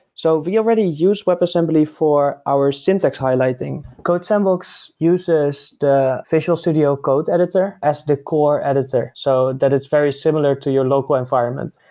so we already use web assembly for our syntax highlighting. codesandbox uses the facial studio code editor as the core editor, so that it's very similar to your local environment.